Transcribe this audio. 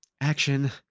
Action